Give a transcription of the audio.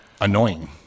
annoying